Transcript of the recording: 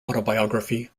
autobiography